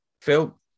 Phil